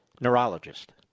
neurologist